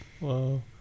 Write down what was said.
Wow